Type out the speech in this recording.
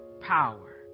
power